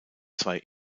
zwei